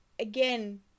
again